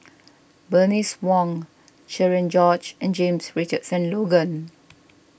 Bernice Wong Cherian George and James Richardson Logan